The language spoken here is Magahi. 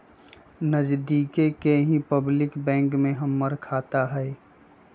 नजदिके के ही पब्लिक बैंक में हमर खाता हई